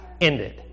ended